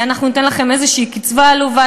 אנחנו ניתן לכם איזו קצבה עלובה,